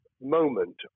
moment